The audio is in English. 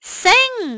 sing